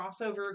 crossover